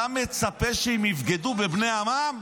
אתה מצפה שהם יבגדו בבני עמם?